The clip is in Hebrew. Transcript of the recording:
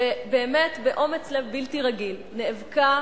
שבאמת, באומץ לב בלתי רגיל נאבקה